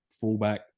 fullback